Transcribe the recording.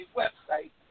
website